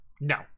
No